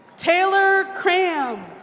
taylor kramm.